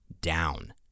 down